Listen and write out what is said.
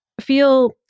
feel